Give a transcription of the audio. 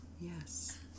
Yes